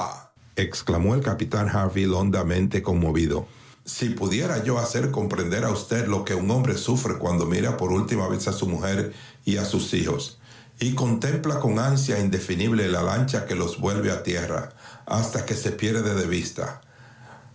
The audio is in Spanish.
exclamó el capitán harville hondamente conmovido si pudiera yo hacer comprender a usted lo que un hombre sufre cuando mira por última vez a su mujer y a sus hijos y contempla con ansia indefinible la lancha que los vuelve a tierra hasta que se pierde de vista